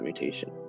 mutation